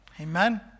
Amen